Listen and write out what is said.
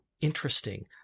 Interesting